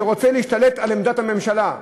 שרוצה להשתלט על עמדת הממשלה,